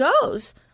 goes